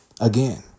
Again